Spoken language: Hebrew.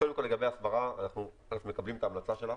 קודם כל לגבי ההסברה, אנחנו מקבלים את ההמלצה שלך,